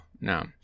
no